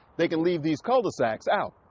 they can leave these cul-de-sacs out.